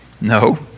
no